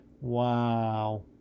Wow